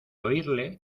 oírle